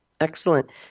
excellent